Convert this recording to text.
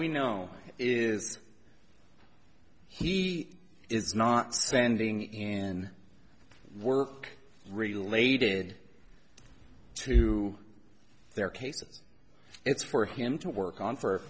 we know is he is not sending in work related to their cases it's for him to work on for